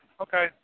Okay